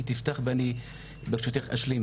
היא תפתח ואני ברשותך אשלים.